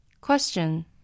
Question